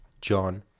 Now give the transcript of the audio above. John